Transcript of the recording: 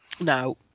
now